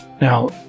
Now